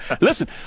listen